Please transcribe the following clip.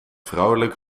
vrouwelijk